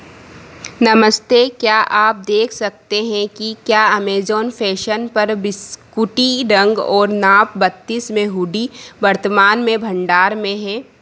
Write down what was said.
नमस्ते क्या आप देख सकते हैं कि क्या अमेज़ॉन फैशन पर बिस्कुटी रंग और नाप बत्तीस में हूडी वर्तमान में भंडार में है